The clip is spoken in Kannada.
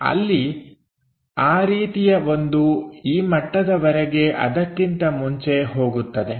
ಅಲ್ಲಿ ಆ ರೀತಿಯ ಒಂದು ಗೆರೆ ಈ ಮಟ್ಟದವರೆಗೆ ಅದಕ್ಕಿಂತ ಮುಂಚೆ ಹೋಗುತ್ತದೆ